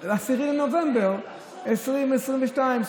10 בנובמבר 2022,